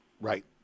Right